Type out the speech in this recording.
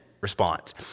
response